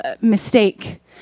mistake